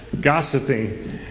Gossiping